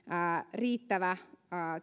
riittävä